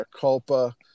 culpa